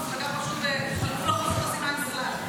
המפלגה פשוט על גבול אחוז החסימה, אם בכלל.